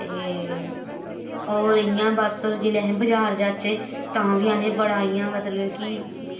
ते होर इ'यां बस जेल्लै अस बजार जाचै तां बी असें बड़ा इ'यां मतलब कि